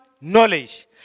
knowledge